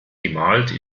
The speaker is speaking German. gemalt